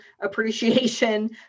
appreciation